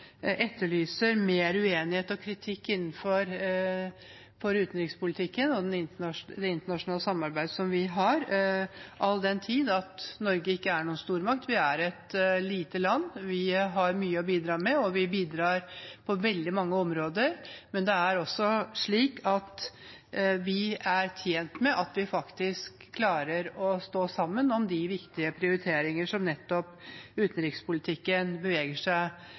etterlyser mer uenighet og kritikk innenfor utenrikspolitikken og det internasjonale samarbeidet som vi har, all den tid Norge ikke er noen stormakt. Vi er et lite land, vi har mye å bidra med, og vi bidrar på veldig mange områder. Men vi er også tjent med at vi faktisk klarer å stå sammen om de viktige prioriteringer som nettopp utenrikspolitikken beveger seg